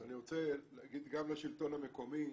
אני רוצה להגיד גם לשלטון המקומי.